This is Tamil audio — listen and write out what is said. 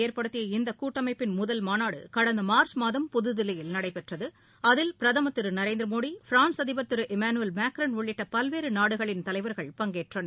ஏற்படுத்திய இந்த கூட்டமைப்பின் முதல் மாநாடு கடந்த மார்ச் மாதம் புதுதில்லியில் நடைபெற்றது அதில் பிரதமர் திரு நரேந்திரமோடி பிரான்ஸ் அதிபர் திரு இமானுவேல் மாக்ரோன் உள்ளிட்ட பல்வேறு நாடுகளின் தலைவர்கள் பங்கேற்றனர்